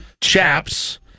Chaps